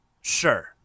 Sure